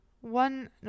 One